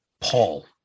Paul